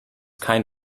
kind